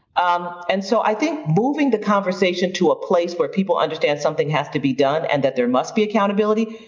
um and so i think moving the conversation to a place where people understand something has to be done and that there must be accountability,